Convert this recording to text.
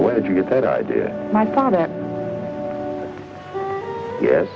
where did you get that idea my father yes